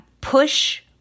push